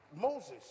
Moses